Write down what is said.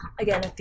Again